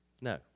No